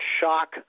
shock